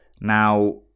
Now